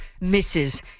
misses